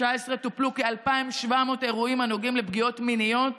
טופלו כ-2,700 אירועים הנוגעים לפגיעות מיניות,